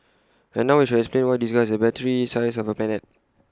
and now we shall explain why this guy has A battery the size of A planet